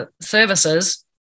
services